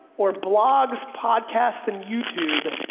or blogs, podcasts, and youtube,